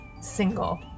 single